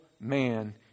man